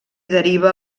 deriva